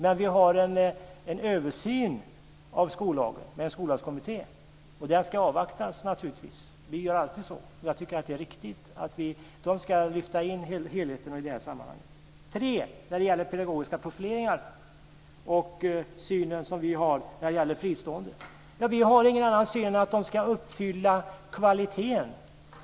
Men vi har en översyn av skollagen med en skollagskommitté, och den ska naturligtvis avvaktas. Det är ju alltid så, och det tycker jag är viktigt. De ska lyfta in helheten i det här sammanhanget. Det tredje gällde pedagogiska profileringar och den syn vi har när det gäller fristående. Vi har ingen annan syn än att de ska uppfylla kvaliteten.